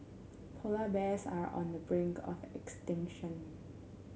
polar bears are on the brink of extinction